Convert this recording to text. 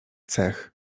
cech